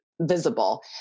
visible